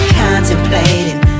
contemplating